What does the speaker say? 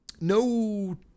No